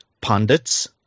pundits